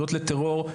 קריאות לטרור,